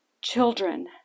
children